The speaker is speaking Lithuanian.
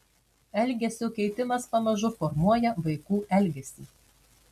elgesio keitimas pamažu formuoja vaikų elgesį